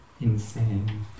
insane